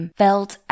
felt